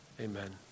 Amen